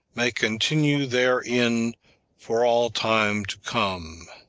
may continue therein for all time to come.